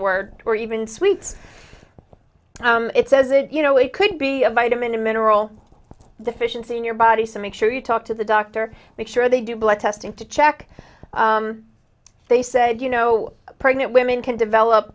word or even sweets it says it you know it could be a vitamin and mineral deficiency in your body so make sure you talk to the doctor make sure they do blood testing to check they said you know pregnant women can develop